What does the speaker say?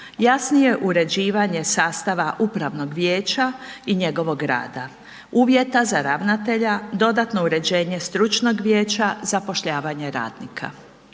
jasnije uređivanje sastava upravnog vijeća i njegovog rada, uvjeta za ravnatelja, dodatno uređenje stručnog vijeća, zapošljavanje radnika.